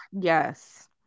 yes